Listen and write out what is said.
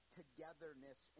togetherness